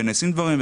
שנעשים דברים,